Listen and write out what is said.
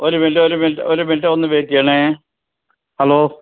ഒരു മിനിറ്റെ ഒരു മിനിറ്റെ ഒരു മിനിറ്റെ ഒന്ന് വെയിറ്റ് ചെയ്യണേ ഹലോ